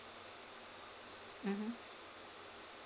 mmhmm